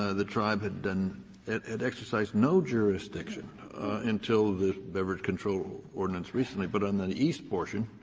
ah the tribe had done had exercised no jurisdiction until the beverage control ordinance recently, but on the east portion,